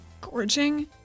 Gorging